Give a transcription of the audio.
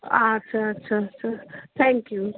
আচ্ছা আচ্ছা আচ্ছা থ্যাংক ইউ